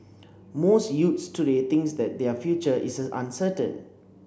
most youths today thinks that their future is uncertain